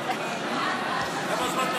להצבעה?